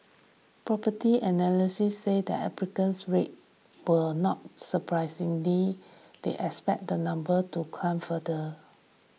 Property Analysts said the applicant rates were not surprising they expected the numbers to climb further